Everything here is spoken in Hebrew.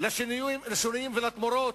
לשינויים ולתמורות.